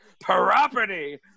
property